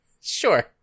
Sure